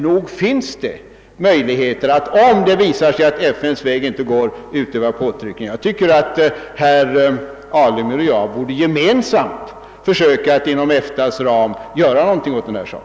Nog finns det möjligheter att utöva påtryckningar, om det skulle visa sig att FN:s väg inte är framkomlig. Herr Alemyr och jag borde gemensamt försöka göra någonting åt den här saken inom EFTA:s ram.